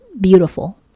beautiful